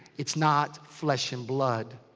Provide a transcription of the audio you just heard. it's not flesh and blood.